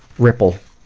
ripple,